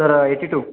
sir eighty two